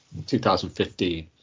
2015